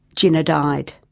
jinnah died.